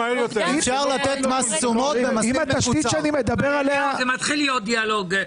זה מתחיל להיות דיאלוג.